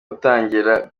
utangira